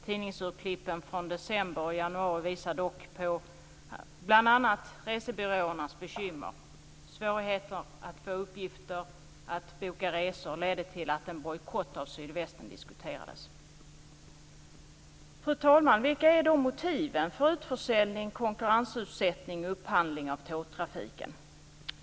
Tidningsutklippen från december och januari visar dock på bekymmer för bl.a. resebyråerna. Svårigheterna att få uppgifter och att boka resor ledde till att en bojkott av Sydvästen diskuterades. Fru talman! Vilka är då motiven för utförsäljning, konkurrensutsättning och upphandling av tågtrafiken?